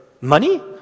money